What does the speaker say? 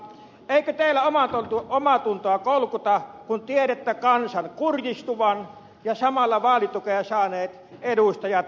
eikö teillä omaatuntoa kolkuta kun tiedätte kansan kurjistuvan ja samalla vaalitukea saaneet edustajat kieriskelevät tukirahoissaan